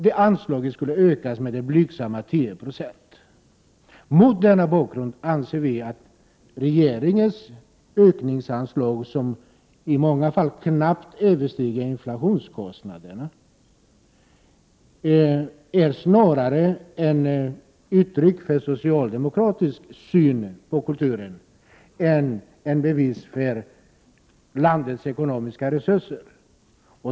Det anslaget vill vi öka med blygsamma 10 96. Mot denna bakgrund anser vi att regeringens ökning av anslaget — som i många fall knappt överstiger inflationskostnaderna — snarare är ett uttryck för en socialdemokratisk syn på kulturen än ett bevis för landets dåliga ekonomiska resurser.